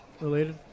related